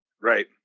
Right